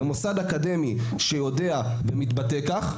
במוסד אקדמי שיודע ומתבטא כך,